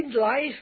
life